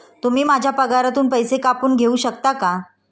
तुम्ही माझ्या पगारातून पैसे कापून घेऊ शकता का?